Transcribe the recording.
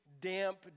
damp